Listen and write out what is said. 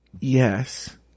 yes